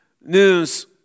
News